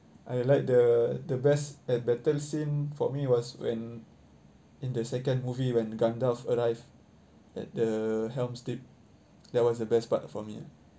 I like the the best uh battle scene for me was when in the second movie when gandalf arrived at the helm steep that was the best part for me ah